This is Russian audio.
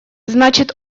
значит